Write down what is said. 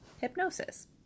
hypnosis